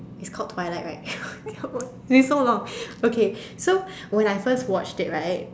it's called twilight right it is so long okay so when I first watched it right